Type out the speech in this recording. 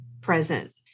present